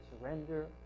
surrender